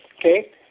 okay